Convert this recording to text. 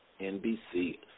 NBC